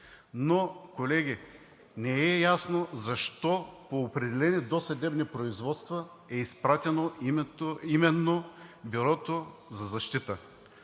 но, колеги, не е ясно защо по определени досъдебни производства е изпратено именно Бюрото за защита?